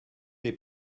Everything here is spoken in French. les